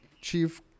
chief